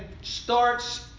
starts